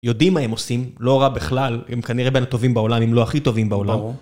יודעים מה הם עושים, לא רע בכלל, הם כנראה בין הטובים בעולם, אם לא הכי טובים בעולם.